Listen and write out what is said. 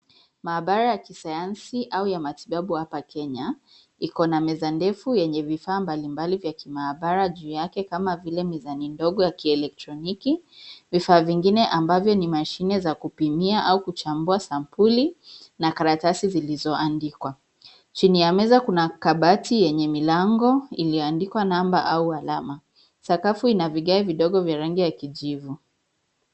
Maabara ya kisayansi au ya matibabu hapa Kenya iko na meza ndefu yenye vifaa mbalimbali vya kimaabara juu yake kama vile mizani ndogo ya kielektroniki, vifaa vingine ambavyo ni mashine za kupimia au kuchambua sampuli na karatasi zilizoandikwa. Chini ya meza kuna kabati yenye milango iliandikwa namba au alama. Sakafu ina vigae vidogo vya rangi ya kijivu.